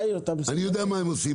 אני יודע מה הם עושים,